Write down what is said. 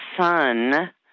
son